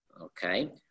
Okay